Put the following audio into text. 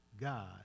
God